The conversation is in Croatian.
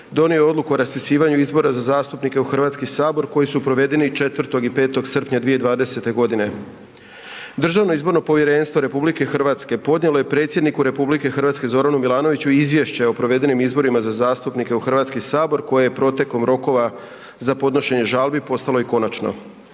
donio je odluku o raspisivanu izbora za zastupnike u Hrvatski sabor koji su provedeni 4. i 5. srpnja 2020. godine. Državno izborno povjerenstvo RH podnijelo je predsjedniku RH Zoranu Milanoviću izvješće o provedenim izborima za zastupnike u Hrvatski sabor koje je protekom rokova za podnošenje žali postalo i konačno.